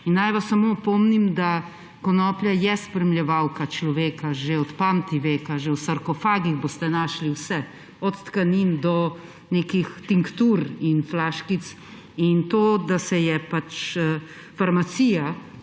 Naj vas samo opomnim, da je konoplja spremljevalka človeka že od pamtiveka, že v sarkofagih boste našli vse, od tkanin do nekih tinktur in flaškic. To, da se je pač farmacija